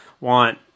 want